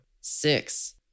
six